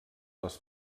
les